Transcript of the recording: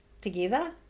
together